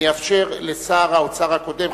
אני אאפשר לשר האוצר הקודם,